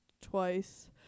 twice